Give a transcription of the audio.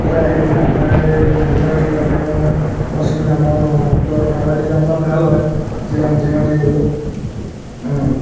তই আহিবি না তই তই নাহিলে মানে কথা তেনেকুৱা মই চিনি নাপাওঁ ন তই কথা পাতিলে অকণমান ভাল হয় যিমান যিমান যি হ'লো